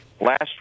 last